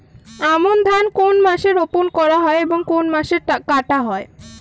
আমন ধান কোন মাসে রোপণ করা হয় এবং কোন মাসে কাটা হয়?